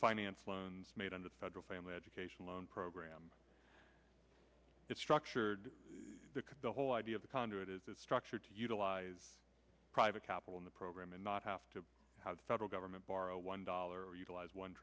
finance loans made under the federal family education loan program is structured because the whole idea of the conduit is that structured to utilize private capital in the program and not have to have the federal government borrow one dollar or utilize one